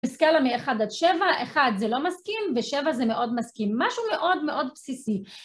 בסקאלה מ-1 עד 7, 1 זה לא מסכים ו-7 זה מאוד מסכים, משהו מאוד מאוד בסיסי.